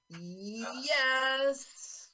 yes